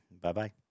Bye-bye